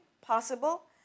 possible